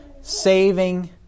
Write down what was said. saving